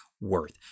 worth